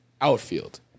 outfield